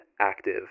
active